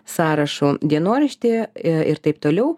sąrašu dienoraštį ir taip toliau